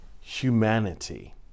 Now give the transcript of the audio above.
humanity